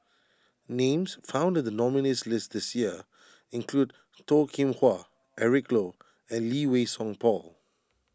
names found in the nominees' list this year include Toh Kim Hwa Eric Low and Lee Wei Song Paul